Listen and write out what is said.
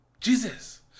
Jesus